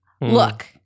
Look